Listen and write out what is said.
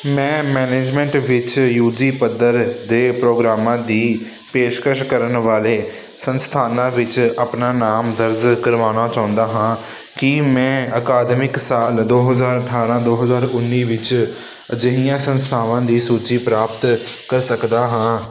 ਮੈਂ ਮੈਨਜਮੈਂਟ ਵਿੱਚ U G ਪੱਧਰ ਦੇ ਪ੍ਰੋਗਰਾਮਾਂ ਦੀ ਪੇਸ਼ਕਸ਼ ਕਰਨ ਵਾਲੇ ਸੰਸਥਾਨਾਂ ਵਿੱਚ ਆਪਣਾ ਨਾਮ ਦਰਜ ਕਰਵਾਉਣਾ ਚਾਹੁੰਦਾ ਹਾਂ ਕੀ ਮੈਂ ਅਕਾਦਮਿਕ ਸਾਲ ਦੋ ਹਜ਼ਾਰ ਅਠਾਰ੍ਹਾਂ ਦੋ ਹਜ਼ਾਰ ਉੱਨੀ ਵਿੱਚ ਅਜਿਹੀਆਂ ਸੰਸਥਾਵਾਂ ਦੀ ਸੂਚੀ ਪ੍ਰਾਪਤ ਕਰ ਸਕਦਾ ਹਾਂ